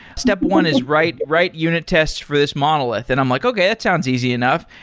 step one is write write unit tests for this monolith. and i'm like, okay, that sounds easy enough,